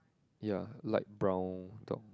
ya light brown dog